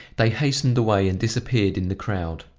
they hastened away and disappeared in the crowd.